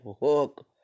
Hook